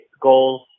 goals